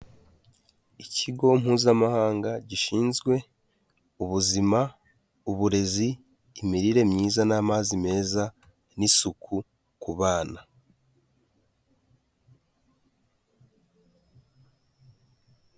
Ikigo mpuzamahanga gishinzwe ubuzima, uburezi, imirire myiza, n'amazi meza, n'isuku ku bana.